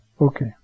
Okay